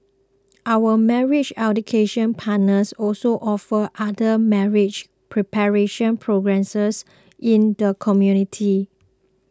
our marriage education partners also offer other marriage preparation programme says in the community